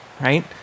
right